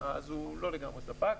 הוא לא לגמרי ספק.